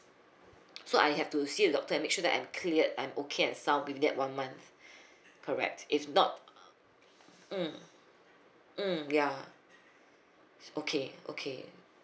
so I have to see the doctor and make sure that I'm cleared I'm okay and sound within that one month correct if not mm mm ya okay okay